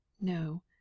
No